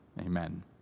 amen